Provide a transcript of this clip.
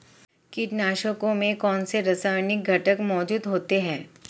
कीटनाशकों में कौनसे रासायनिक घटक मौजूद होते हैं?